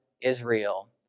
Israel